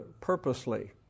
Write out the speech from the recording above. purposely